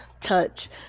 touch